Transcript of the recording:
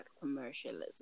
commercialism